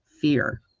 fear